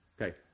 Okay